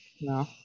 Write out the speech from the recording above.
no